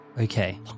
Okay